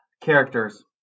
Characters